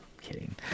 Kidding